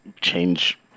Change